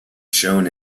shown